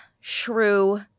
shrew